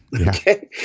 Okay